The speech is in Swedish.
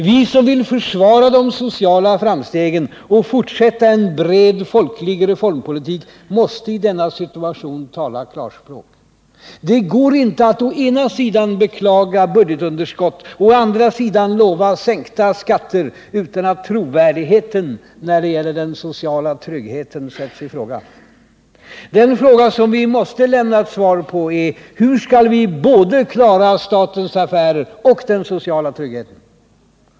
Vi som vill försvara de sociala framstegen och fortsätta en bred folklig reformpolitik måste i denna situation tala klarspråk. Det går inte att å ena sidan beklaga budgetunderskott och å andra sidan lova sänkta skatter utan att trovärdigheten när det gäller den sociala tryggheten sätts i fråga. Den fråga vi måste lämna ett svar på är: Hur skall vi klara både statens affärer och den sociala tryggheten?